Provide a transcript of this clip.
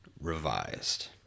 Revised